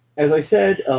as i said,